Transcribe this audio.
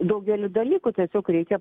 daugelį dalykų tiesiog reikia